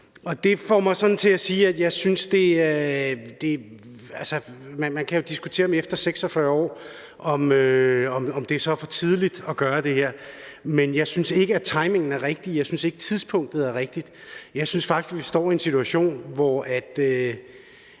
det her igennem tiden. Man kan jo diskutere, om det efter 46 år er for tidligt at gøre det her, men jeg synes ikke, at timingen er rigtig; jeg synes ikke, tidspunktet er rigtigt. Jeg synes faktisk, vi står i en situation, hvor